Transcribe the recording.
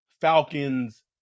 Falcons